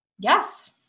Yes